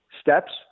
steps